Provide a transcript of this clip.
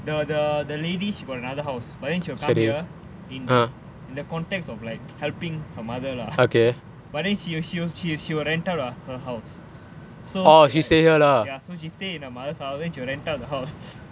the the the lady she got another house but then she'll come here in the context of like helping her mother lah okay but then she'll she'll rent out her house so she like she'll stay in her mother's house and she'll rent out her house